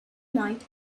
night